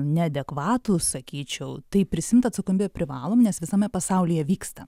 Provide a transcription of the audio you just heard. neadekvatūs sakyčiau tai prisiimt atsakomybę privalom nes visame pasaulyje vyksta